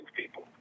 people